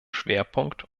schwerpunkt